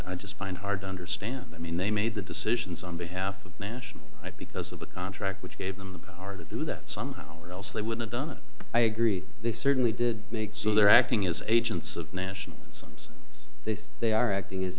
i just find hard to understand i mean they made the decisions on behalf of national because of the contract which gave them the power to do that somehow or else they would have done it i agree they certainly did make sure they're acting as agents of national seems they say they are acting as